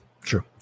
true